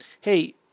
hey